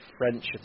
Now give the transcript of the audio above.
French